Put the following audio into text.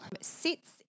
sits